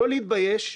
לא להתבייש.